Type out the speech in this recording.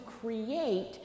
create